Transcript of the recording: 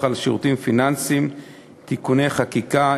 על שירותים פיננסיים (תיקוני חקיקה),